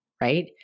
Right